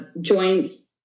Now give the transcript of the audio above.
joints